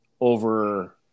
over